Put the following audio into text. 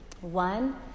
One